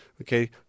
Okay